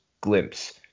glimpse